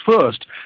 first